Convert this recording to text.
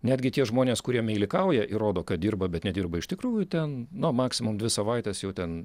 netgi tie žmonės kurie meilikauja ir rodo kad dirba bet nedirba iš tikrųjų ten nu maksimum dvi savaites jau ten